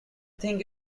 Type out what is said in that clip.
think